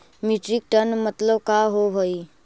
Metric ton मतलब का होव हइ?